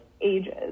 ages